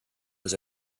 was